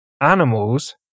animals